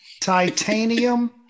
titanium